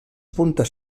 puntes